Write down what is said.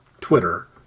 Twitter